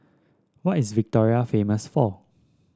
what is Victoria famous for